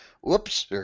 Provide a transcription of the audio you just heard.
whoops